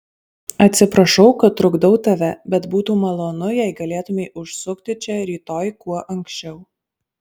atsiprašau kad trukdau tave bet būtų malonu jei galėtumei užsukti čia rytoj kuo anksčiau